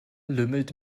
lümmelt